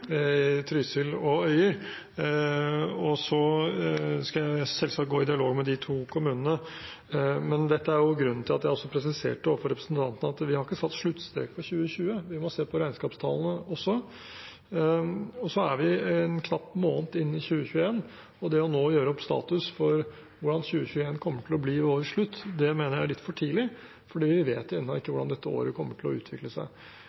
og Øyer. Jeg skal selvsagt gå i dialog med de to kommunene. Dette er grunnen til at jeg også presiserte overfor representanten at vi ikke har satt sluttstrek for 2020, vi må se på regnskapstallene også. Vi er en knapp måned inn i 2021, og det å nå gjøre opp status for hvordan 2021 kommer til å bli ved årets slutt, mener jeg er litt for tidlig, for vi vet ennå ikke hvordan dette året kommer til å utvikle seg.